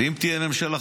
ואם תהיה אי פעם ממשלה,